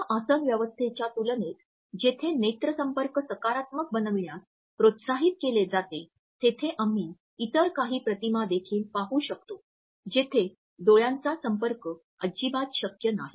या आसन व्यवस्थेच्या तुलनेत जेथे नेत्र संपर्क सकारात्मक बनविण्यास प्रोत्साहित केले जाते तेथे आम्ही इतर काही प्रतिमा देखील पाहू शकतो जेथे डोळ्यांचा संपर्क अजिबातच शक्य नाही